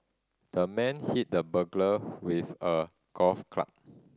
the man hit the burglar with a golf club